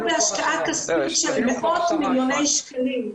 בהשקעה כספית של מאות מיליוני שקלים.